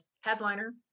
headliner